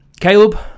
Caleb